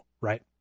Right